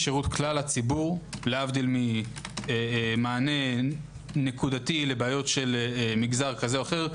שירות כלל הציבור להבדיל ממענה נקודתי לבעיות של מגזר כזה או אחר,